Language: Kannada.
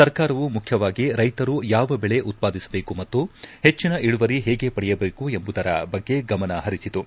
ಸರ್ಕಾರವು ಮುಖ್ಯವಾಗಿ ರೈತರು ಯಾವ ಬೆಳೆ ಉತ್ಪಾದಿಸಬೇಕು ಮತ್ತು ಹೆಚ್ಚಿನ ಇಳುವರಿ ಹೇಗೆ ಪಡೆಯಬೇಕು ಎಂಬುದರ ಬಗ್ಗೆ ಗಮನ ಹರಿಸಿತು